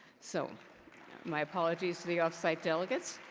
so my apologies to the off-site delegates,